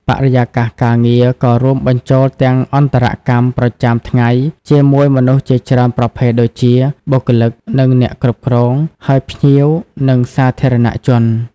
បរិយាកាសការងារក៏រួមបញ្ចូលទាំងអន្តរកម្មប្រចាំថ្ងៃជាមួយមនុស្សជាច្រើនប្រភេទដូចជា បុគ្គលិក និងអ្នកគ្រប់គ្រង ហើយភ្ញៀវ និងសាធារណជន។